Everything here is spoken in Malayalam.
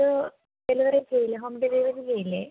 അത് ഡെലിവറി ചെയ്യില്ലേ ഹോം ഡെലിവറി ചെയ്യില്ലേ